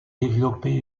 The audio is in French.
développé